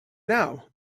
now